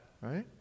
right